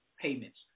payments